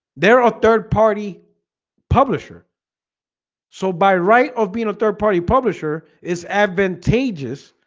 they're a third-party publisher so by right of being a third-party publisher is advantageous